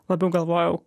labiau galvojau